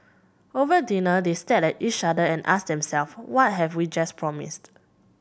over dinner they stared at each other and asked them self what have we just promised